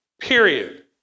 period